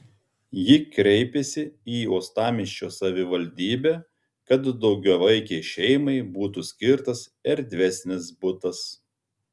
ji kreipėsi į uostamiesčio savivaldybę kad daugiavaikei šeimai būtų skirtas erdvesnis butas